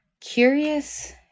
curious